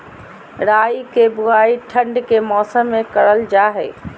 राई के बुवाई ठण्ड के मौसम में करल जा हइ